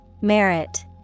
Merit